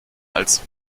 als